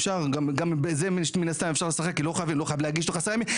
גם בזה מן הסתם אפשר לשחק כי לא חייבים להגיש בתוך עשרה ימים,